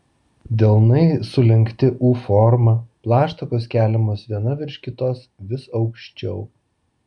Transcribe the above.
delnai sulenkti u forma plaštakos keliamos viena virš kitos vis aukščiau